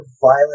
violent